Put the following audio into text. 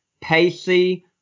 pacey